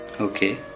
Okay